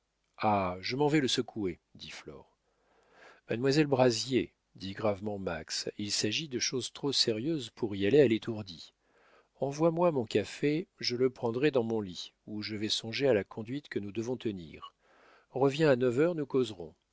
ah je m'en vais le secouer dit flore mademoiselle brazier dit gravement max il s'agit de choses trop sérieuses pour y aller à l'étourdie envoie-moi mon café je le prendrai dans mon lit où je vais songer à la conduite que nous devons tenir reviens à neuf heures nous causerons